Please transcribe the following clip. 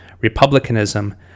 republicanism